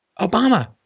Obama